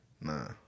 nah